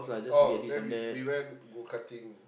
oh then we we went go-karting